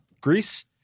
Greece